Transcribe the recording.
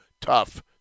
tough